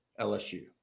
LSU